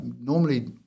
normally